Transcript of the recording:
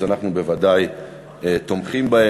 אז אנחנו בוודאי תומכים בהם.